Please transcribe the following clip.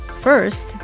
First